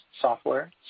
software